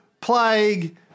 plague